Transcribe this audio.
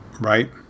right